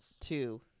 two